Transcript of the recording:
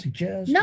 No